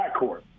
backcourt